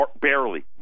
barely